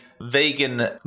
vegan